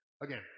Again